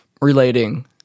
relating